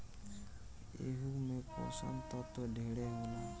एहू मे पोषण तत्व ढेरे होला